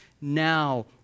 now